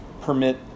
permit